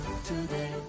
today